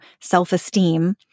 self-esteem